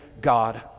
God